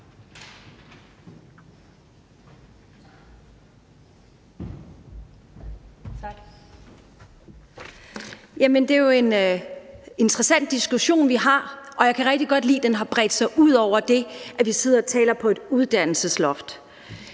det er jo en interessant diskussion, vi har, og jeg kan rigtig godt lide, at den har bredt sig ud over det, at vi sidder og taler om et uddannelsesloft.